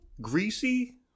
greasy